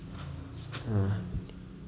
mm